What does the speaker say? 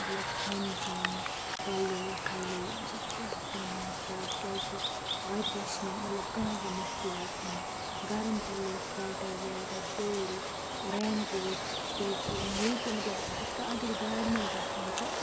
مطلب کھیوٚون چیوٚن پَلو شَلو مطلب پرٛٮ۪تھ کیٚنٛہہ نیُن سۭتۍ کیٛازِکہِ وَتہِ گَژھِ نہٕ مطلب کانٛہٕن تہِ مُشکِلات اِن گَرم پَلو سُوٮ۪ٹَر وِوٮ۪ٹَر سورُے رین کوٹ کیٛازِکہِ ییٚلہِ تہِ مطلب ہُتھ کن اگر گاڑِ منٛز گَژھان چھِ